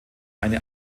eine